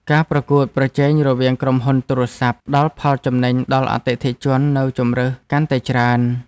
ការប្រកួតប្រជែងរវាងក្រុមហ៊ុនទូរស័ព្ទ ផ្តល់ផលចំណេញដល់អតិថិជននូវជម្រើសកាន់តែច្រើន។